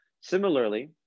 Similarly